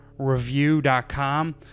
review.com